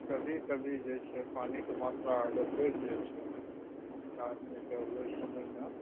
कभी कभी जे छै पानिके मात्रा अगर बढ़ि जाइ छै आदमीकेँ ओहि समयमे